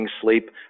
sleep